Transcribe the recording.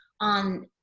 on